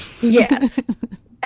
Yes